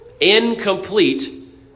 Incomplete